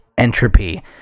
Entropy